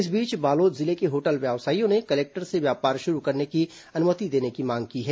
इस बीच बालोद जिले के होटल व्यवसायियों ने कलेक्टर से व्यापार शुरू करने की अनुमति देने की मांग की है